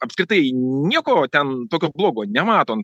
apskritai nieko ten tokio blogo nematom